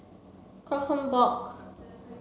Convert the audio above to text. Kronenbourg